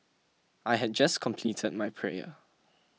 I had just completed my prayer